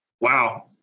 Wow